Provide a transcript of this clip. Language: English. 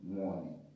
morning